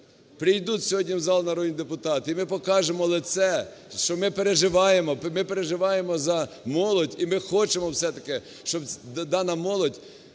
прийдуть сьогодні в зал народні депутати і ми покажемо лице, що ми переживаємо, ми переживаємо за молодь, і ми хочемо все-таки, щоб дана молодь